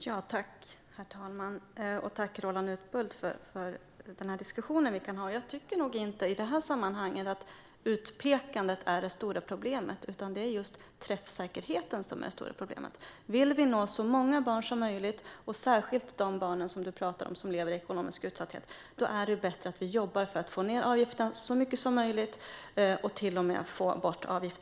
Herr talman! Tack, Roland Utbult, för diskussionen! Jag tycker inte att utpekandet är det stora problemet i det här sammanhanget. Det är träffsäkerheten som är det stora problemet. Vill vi nå så många barn som möjligt - särskilt de barn som du talar om, Roland, de som lever i ekonomisk utsatthet - är det bättre att vi jobbar för att få ned avgifterna så mycket som möjligt och till och med få bort dem helt.